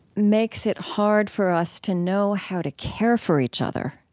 makes it hard for us to know how to care for each other